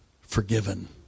forgiven